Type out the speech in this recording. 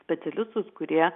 specialistus kurie